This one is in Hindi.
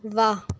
वाह